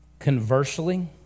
Conversely